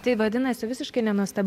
tai vadinasi visiškai nenuostabu